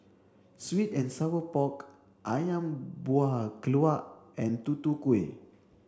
sweet and sour pork Ayam Buah Keluak and Tutu Kueh